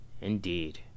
Indeed